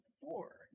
Four